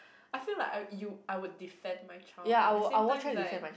I feel like uh you I will defend my child but at the same time it's like